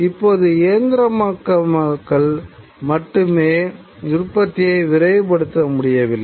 இப்போது இயந்திரமயமாக்கலால் மட்டுமே உற்பத்தியை விரைவுபடுத்த முடியவில்லை